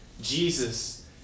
Jesus